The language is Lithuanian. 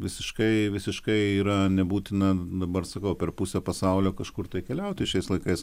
visiškai visiškai yra nebūtina dabar sakau per pusę pasaulio kažkur tai keliauti šiais laikais